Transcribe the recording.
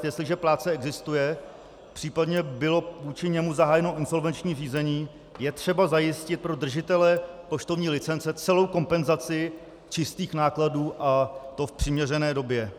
Jestliže plátce existuje, případně bylo vůči němu zahájeno insolvenční řízení, je třeba zajistit pro držitele poštovní licence celou kompenzaci čistých nákladů, a to v přiměřené době.